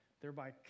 thereby